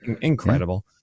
incredible